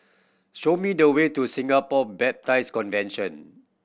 show me the way to Singapore Baptist Convention